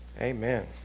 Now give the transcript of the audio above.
Amen